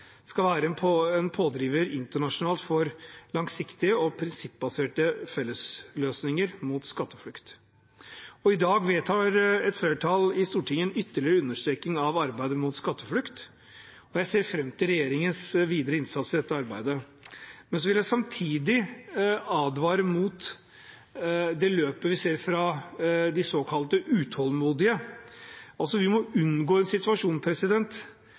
skal være en pådriver internasjonalt for langsiktige og prinsippbaserte fellesløsninger mot skatteflukt. I dag vedtar et flertall i Stortinget en ytterligere understreking av arbeidet mot skatteflukt. Jeg ser fram til regjeringens videre innsats i dette arbeidet, men jeg vil samtidig advare mot det løpet vi ser fra de såkalte utålmodige. Vi må unngå en situasjon